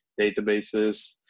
databases